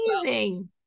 amazing